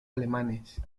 alemanes